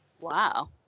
Wow